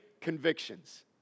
Convictions